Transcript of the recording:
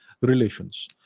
relations